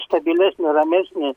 stabilesnę ramesnį